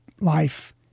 life